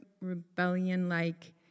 rebellion-like